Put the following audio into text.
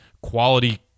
quality